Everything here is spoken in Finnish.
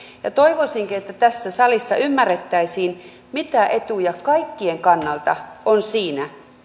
toivoisinkin että tässä salissa ymmärrettäisiin mitä etuja kaikkien kannalta on siinä